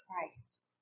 Christ